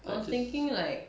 I'm thinking like